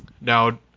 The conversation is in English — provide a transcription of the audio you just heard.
Now